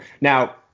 Now